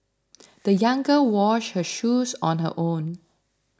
the young girl washed her shoes on her own